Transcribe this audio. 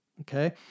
okay